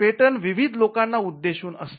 patent विविध लोकांना उद्देशून असते